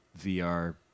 VR